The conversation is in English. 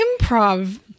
improv